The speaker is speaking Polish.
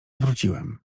wróciłem